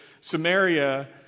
Samaria